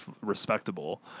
respectable